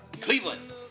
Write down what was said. Cleveland